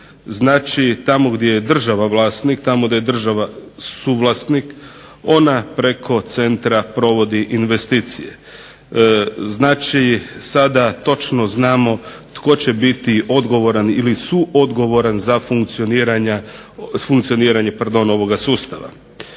Znači tamo gdje je država vlasnik, tamo gdje je država suvlasnik ona preko centra provodi investicije. Znači sada točno znamo tko će biti odgovoran ili suodgovoran za funkcioniranje ovoga sustava.